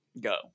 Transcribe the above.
go